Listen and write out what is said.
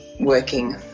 working